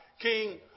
King